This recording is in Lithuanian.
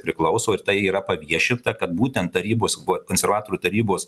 priklauso ir tai yra paviešinta kad būtent tarybos konservatorių tarybos